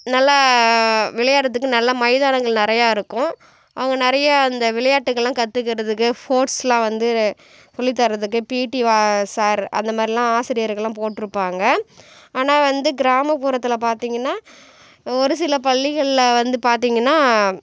நல்லா விளையாடுகிறத்துக்கு நல்ல மைதானங்கள் நிறையா இருக்கும் அவங்க நிறையா அந்த விளையாட்டுகளெலாம் கற்றுக்குறத்துக்கு ஸ்போர்ட்ஸெலாம் வந்து சொல்லித்தரதுக்கு பிடி சார் அந்தமாதிரியெல்லாம் ஆசிரியர்களெலாம் போட்டிருப்பாங்க ஆனால் வந்து கிராமப்புறத்தில் பார்த்திங்கன்னா ஒரு சில பள்ளிகளில் வந்து பார்த்திங்கன்னா